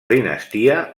dinastia